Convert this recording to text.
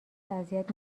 اذیت